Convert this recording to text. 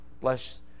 bless